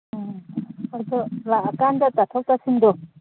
ꯎꯝ ꯍꯣꯏ ꯗꯣ ꯂꯥꯛꯑꯀꯥꯟꯗ ꯇꯥꯊꯣꯛ ꯇꯥꯁꯤꯟꯗꯣ